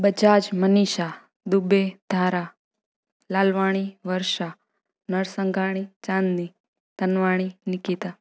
Bajaj Manisha Dubey Dhara Lalwani Varsha Narsanghani Chandni Dhanwani Nikita